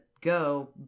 go